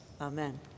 Amen